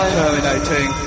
terminating